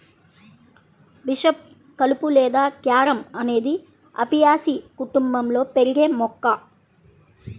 bishop కలుపు లేదా carom అనేది అపియాసి కుటుంబంలో పెరిగే మొక్క